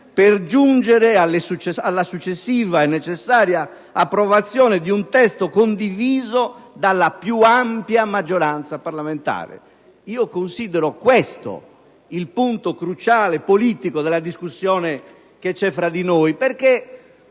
per giungere alla necessaria approvazione di un testo condiviso dalla più ampia maggioranza parlamentare. Io considero questo il punto politico cruciale della discussione che c'è tra di noi, perché,